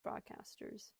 broadcasters